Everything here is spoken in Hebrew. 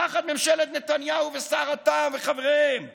תחת ממשלת נתניהו וסר הטעם וחבריהם